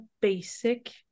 basic